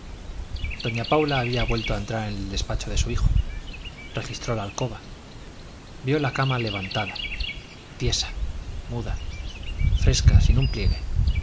doña paula había vuelto a entrar en el despacho de su hijo registró la alcoba vio la cama levantada tiesa muda fresca sin un pliegue